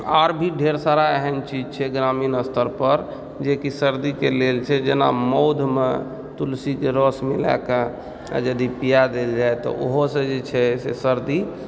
आओर भी ढेर सारा आओरो चीज छै ग्रामीण स्तरपर जेकि सर्दीके लेल छै जेना मधुमे तुलसीके रस मिलाइके ओकरा यदि पिआ देल जाइ तऽ ओहोसँ जे छै से सर्दी